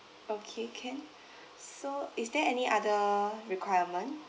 okay can so is there any other requirement